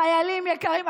חיילים יקרים,